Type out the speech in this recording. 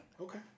Okay